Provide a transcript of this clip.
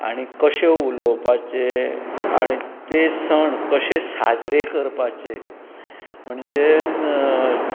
आनी कशें उलोवपाचे आनी ते सण कशे साजरे करपाचे म्हणजे